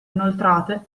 inoltrate